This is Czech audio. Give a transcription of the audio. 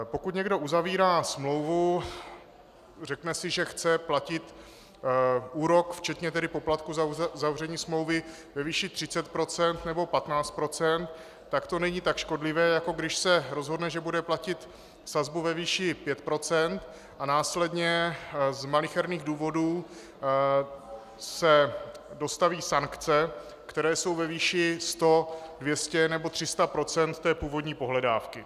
Pokud někdo uzavírá smlouvu, řekne si, že chce platit úrok včetně poplatku za uzavření smlouvy ve výši 30 % nebo 15 %, tak to není tak škodlivé, jako když se rozhodne, že bude platit sazbu ve výši 5 % a následně z malicherných důvodů se dostaví sankce, které jsou ve výši 100, 200 nebo 300 % původní pohledávky.